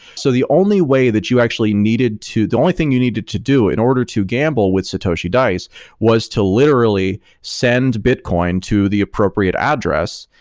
so the only way that you actually needed to the only thing you needed to do in order to gamble with satoshi dice was to literally send bitcoin to the appropriate address,